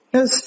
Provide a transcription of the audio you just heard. Yes